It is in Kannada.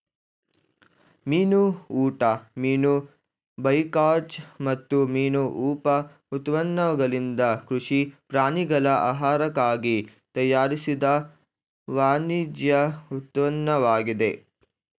ಮೀನು ಊಟ ಮೀನು ಬೈಕಾಚ್ ಮತ್ತು ಮೀನು ಉಪ ಉತ್ಪನ್ನಗಳಿಂದ ಕೃಷಿ ಪ್ರಾಣಿಗಳ ಆಹಾರಕ್ಕಾಗಿ ತಯಾರಿಸಿದ ವಾಣಿಜ್ಯ ಉತ್ಪನ್ನವಾಗಿದೆ